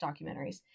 documentaries